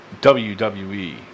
WWE